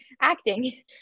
acting